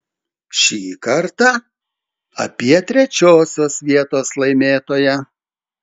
šį kartą apie trečiosios vietos laimėtoją